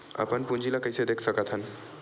अपन पूंजी ला कइसे देख सकत हन?